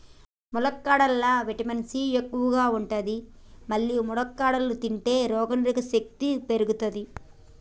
ములక్కాడలల్లా vitamin C ఎక్కువ ఉంటది మల్లి ములక్కాడలు తింటే రోగనిరోధక శక్తి పెరుగుతది